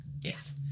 Yes